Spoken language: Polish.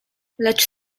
lecz